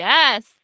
Yes